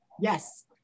yes